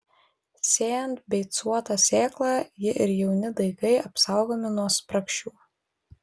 sėjant beicuotą sėklą ji ir jauni daigai apsaugomi nuo spragšių